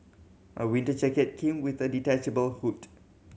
my winter jacket came with the detachable hood